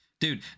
dude